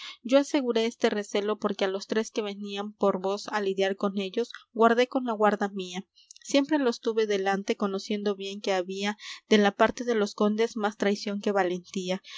yo aseguré este recelo porque á los tres que venían por vos á lidiar con ellos guardé con la guarda mía siempre los tuve delante conociendo bien que había de la parte de los condes más traición que valentía